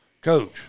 coach